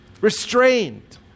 Restrained